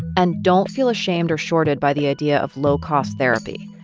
and don't feel ashamed or shorted by the idea of low-cost therapy.